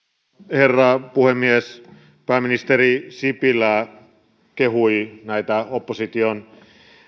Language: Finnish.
herra puhemies pääministeri sipilä kehui näitä opposition